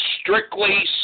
strictly